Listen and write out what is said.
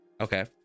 Okay